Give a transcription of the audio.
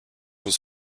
was